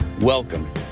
Welcome